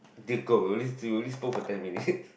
dear god we only we only spoke for ten minutes